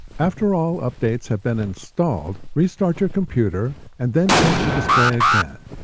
after all updates have been installed, restart your computer, and then check the display again.